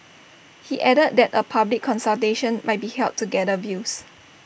he added that A public consultation might be held to gather views